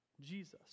Jesus